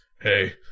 Hey